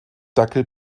dackel